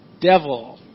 devil